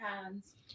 hands